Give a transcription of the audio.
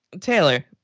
Taylor